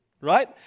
right